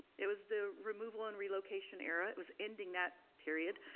it was the removal and relocation era, it was ending that period,